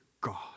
God